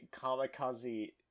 kamikaze